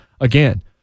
Again